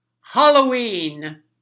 Halloween